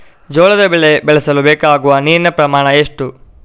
ಜೋಳದ ಬೆಳೆ ಬೆಳೆಸಲು ಬೇಕಾಗುವ ನೀರಿನ ಪ್ರಮಾಣ ಎಷ್ಟು?